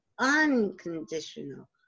unconditional